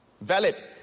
Valid